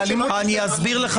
אני אסביר לך